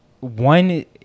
One